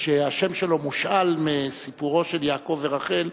שהשם שלו מושאל מסיפורם של יעקב ורחל,